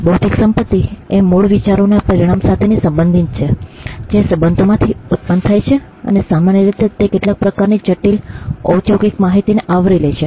બૌદ્ધિક સંપત્તિ એ મૂળ વિચારોના પરિણામો સાથે સંબંધિત છે જે સંશોધનમાંથી ઉત્પન્ન થાય છે અને સામાન્ય રીતે તે કેટલાક પ્રકારની જટિલ ઔદ્યોગિક માહિતીને આવરી લે છે